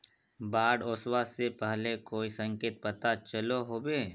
बाढ़ ओसबा से पहले कोई संकेत पता चलो होबे?